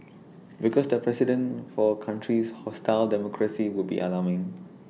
because the precedent for countries hostile democracy would be alarming